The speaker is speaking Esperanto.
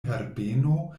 herbeno